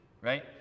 right